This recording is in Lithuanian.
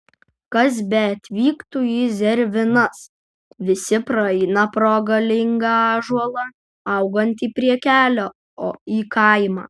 kas beatvyktų į zervynas visi praeina pro galingą ąžuolą augantį prie kelio į kaimą